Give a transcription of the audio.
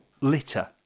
litter